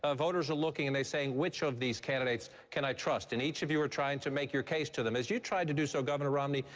ah voters are looking and they say which of these candidates can i trust? and each of you are trying to make your case to them. as you try to do so, governor romney,